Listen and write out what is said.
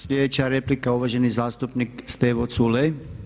Sljedeća replika, uvaženi zastupnik Stevo Culej.